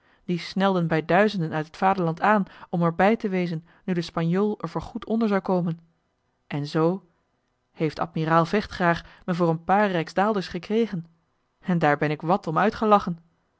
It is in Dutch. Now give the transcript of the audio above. die snelden bij duizenden uit het vaderland aan om er bij te wezen nu de spanjool er voor goed onder zou komen en zoo heeft admiraal vechtgraag me voor een paar rijksdaalders gekregen en daar ben ik wat om uitgelachen